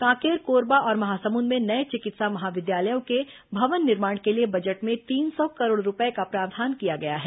कांकेर कोरबा और महासमुंद में नये चिकित्सा महाविद्यालयों के भवन निर्माण के लिए बजट में तीन सौ करोड़ रूपये का प्रावधान किया गया है